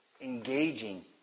engaging